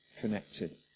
connected